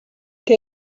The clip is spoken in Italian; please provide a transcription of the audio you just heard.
che